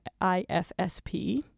IFSP